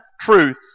truth